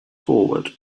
forward